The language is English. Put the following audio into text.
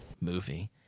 movie